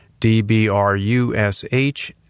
dbrush